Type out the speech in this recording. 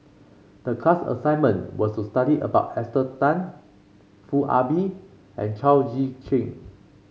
the class assignment was to study about Esther Tan Foo Ah Bee and Chao Tzee Cheng